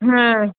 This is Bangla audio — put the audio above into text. হ্যাঁ